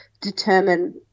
determine